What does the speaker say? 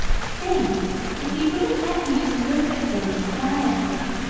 i think if he would have let me just look at things quietly,